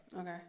Okay